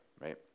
right